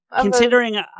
considering